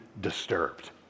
disturbed